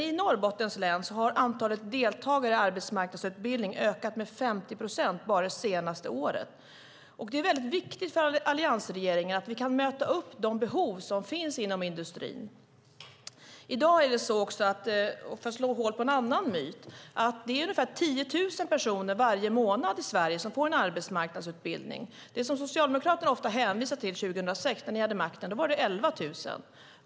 I Norrbottens län har antalet deltagare i arbetsmarknadsutbildning ökat med 50 procent bara det senaste året. Det är väldigt viktigt för alliansregeringen att vi kan möta de behov som finns inom industrin. För att slå hål på en annan myt: I dag är det ungefär 10 000 varje månad i Sverige som får en arbetsmarknadsutbildning. Det som Socialdemokraterna ofta hänvisade till 2006, när ni hade makten, var siffran 11 000.